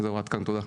עד כאן, תודה.